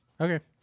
Okay